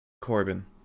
Corbin